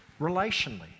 relationally